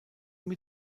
mit